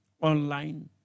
online